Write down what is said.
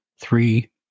three